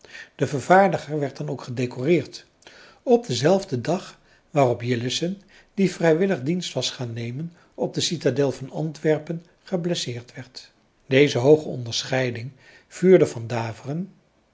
de vervaardiger werd dan ook gedecoreerd op denzelfden dag waarop jillessen die vrijwillig dienst was gaan nemen op de citadel van antwerpen geblesseerd werd deze hooge onderscheiding vuurde van daveren